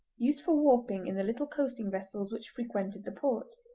used for warping in the little coasting vessels which frequented the port.